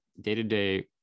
day-to-day